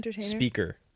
speaker